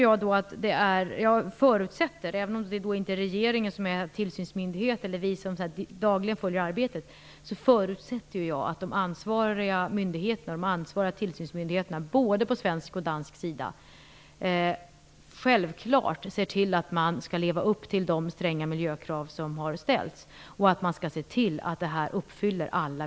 Jag förutsätter, även om det inte är regeringen som är den tillsynsmyndighet som dagligen följer arbetet, att de ansvariga tillsynsmyndigheterna både på svensk och på dansk sida självklart lever upp till de stränga miljökrav som har ställts, så att dessa uppfylls.